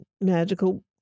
magical